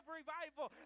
revival